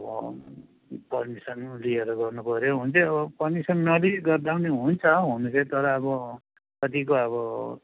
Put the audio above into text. अब पर्मिसन लिएर गर्नुपऱ्यो हुनु चाहिँ अब पर्मिसन नलिई गर्दा पनि हुन्छ हुनु चाहिँ तर अब कतिको अब